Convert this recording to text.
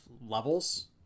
levels